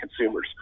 consumers